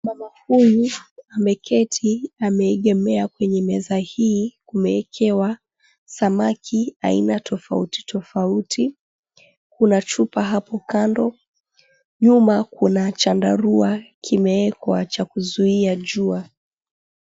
Mama huyu ameketi ameegemea kwenye meza hii kumeekewa samaki aina tofauti tofauti kuna chupa hapo kando nyuma kuna chandarua kimeekwa cha kuzuia jua.